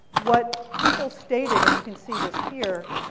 what people stated, and you can see this here,